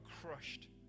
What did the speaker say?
crushed